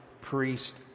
priest